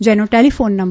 જેનો ટેલીફોન નં